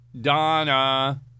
Donna